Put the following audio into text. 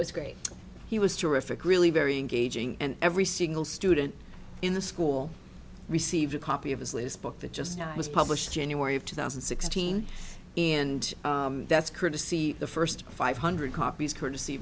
was great he was terrific really very engaging and every single student in the school received a copy of his latest book that just was published january of two thousand and sixteen and that's courtesy the first five hundred copies courtesy